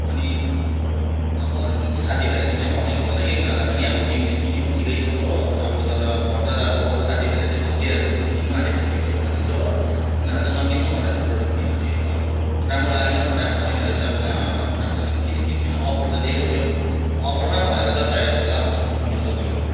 अनि अब अरू कुन चाहिँ साथीभाइहरूलाई तिमीले पनि भनेका छौ होला उनीहरूलाई पनि तिमीले किन्यौ ठिकै छ हो अब तर अब फरदर अब अरू साथीभाइलाई भनिदिई हेर कसैले किन्नुआँटेको छ तिमीले भनेको छौ हो उनीहरूलाई चाहिँ नकिन्नु भन त्यो प्रडक्ट किनभने अब राम्रो लागेन हो राम्रो छैन रहेछ कहाँ राम्रो छैन भने किन किन्नु होइन अफर त दिएको थियो अफरमा भएर चाहिँ सायद होला हो त्यस्तो भएको